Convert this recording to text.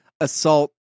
assault